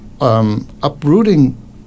Uprooting